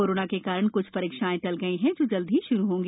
corona के कारण क्छ परीक्षाएं टल गई जो जल्दी श्रू होंगी